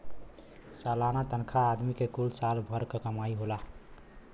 सलाना तनखा आदमी के कुल साल भर क कमाई होला